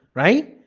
right,